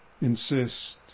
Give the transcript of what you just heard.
insist